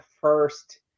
first